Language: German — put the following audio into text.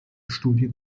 studien